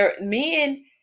men